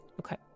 Okay